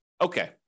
okay